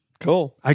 Cool